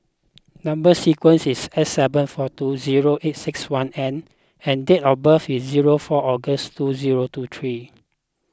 Number Sequence is S seven four two zero eight six one N and date of birth is zero four August two zero two three